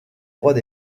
droits